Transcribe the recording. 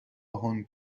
هنگ